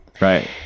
Right